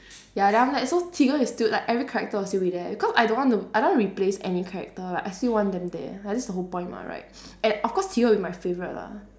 ya then after that so tigger is still like every character will still be there because I don't want to I don't want to replace any character I still want them there like that's the whole point mah right and of course tigger will be my favourite lah